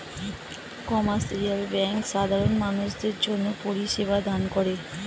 commercial bank সাধারণ মানুষদের জন্যে পরিষেবা দান করে